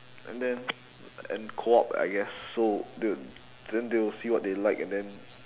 and then and co-op I guess so the~ then they will see what they like and then